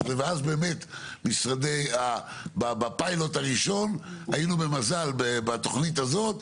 ואז באמת בפיילוט הראשון היינו במזל בתוכנית הזאת,